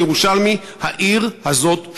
כירושלמי: העיר הזאת שוקעת.